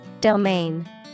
Domain